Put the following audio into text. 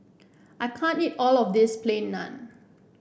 I can't eat all of this Plain Naan